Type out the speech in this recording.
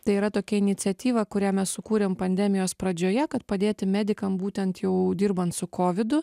tai yra tokia iniciatyva kurią mes sukūrėm pandemijos pradžioje kad padėti medikam būtent jau dirbant su kovidu